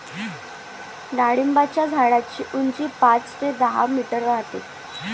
डाळिंबाच्या झाडाची उंची पाच ते दहा मीटर राहते